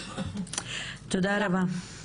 אוקיי, תודה רבה לך עירית.